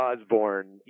Osborne